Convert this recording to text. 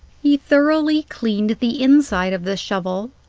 he thoroughly cleaned the inside of the shovel,